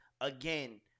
again